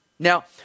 Now